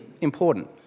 important